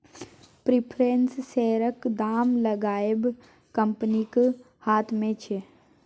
preference शेयरक दाम लगाएब कंपनीक हाथ मे छै